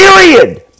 Period